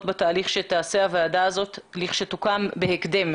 בתהליך שתעשה הוועדה הזאת כאשר תוקם בהקדם.